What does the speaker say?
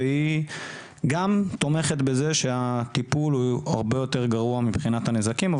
והיא גם תומכת בזה שהטיפול הוא הרבה יתר גרוע מבחינת הנזקים,